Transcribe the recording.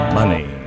money